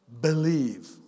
believe